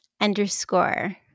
underscore